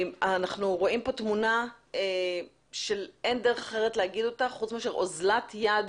אנחנו רואים פה תמונה שאין דרך אחרת להגיד אותה חוץ מאשר אוזלת יד